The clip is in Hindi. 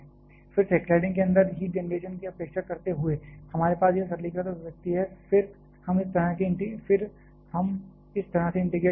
फिर से क्लैडिंग के अंदर हीट जेनरेशन की उपेक्षा करते हुए हमारे पास यह सरलीकृत अभिव्यक्ति है और फिर हम इस तरह से इंटीग्रेट कर सकते हैं